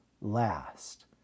last